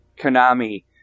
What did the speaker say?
konami